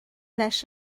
leis